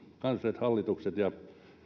kansalliset hallitukset ja